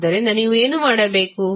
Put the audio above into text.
ಆದ್ದರಿಂದ ನೀವು ಏನು ಮಾಡಬೇಕು